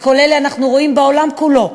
את כל אלה אנחנו רואים בעולם כולו.